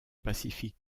pacific